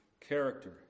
character